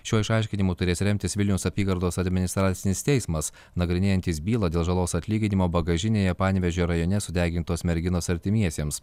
šiuo išaiškinimu turės remtis vilniaus apygardos administracinis teismas nagrinėjantis bylą dėl žalos atlyginimo bagažinėje panevėžio rajone sudegintos merginos artimiesiems